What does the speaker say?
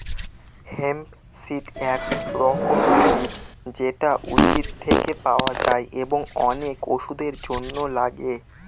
hemp seed এক রকমের বীজ যেটা উদ্ভিদ থেকে পাওয়া যায় এবং অনেক ওষুধের জন্য লাগে